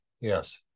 yes